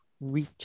reach